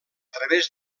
través